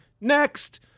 Next